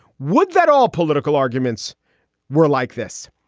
would that all political arguments were like this?